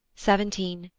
seventeen.